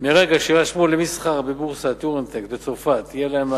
מרגע שיירשמו למסחר בבורסת יורונקסט בצרפת יהיה להן,